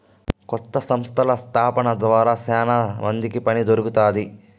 కొత్త సంస్థల స్థాపన ద్వారా శ్యానా మందికి పని దొరుకుతాది